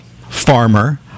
Farmer